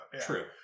True